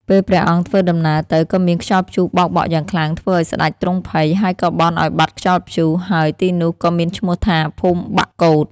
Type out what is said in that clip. ពេលព្រះអង្គធ្វើដំណើរទៅ ក៏មានខ្យល់ព្យុះបោកបក់យ៉ាងខ្លាំង ធ្វើឱ្យស្តេចទ្រង់ភ័យ ហើយក៏បន់ឲ្យបាត់ខ្យល់ព្យុះ ហើយទីនោះក៏មានឈ្មោះថា ភូមិបាក់កូត។